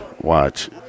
Watch